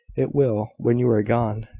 it will, when you are gone.